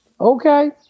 Okay